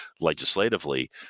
legislatively